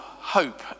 hope